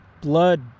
blood